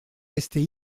rester